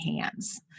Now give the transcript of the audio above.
hands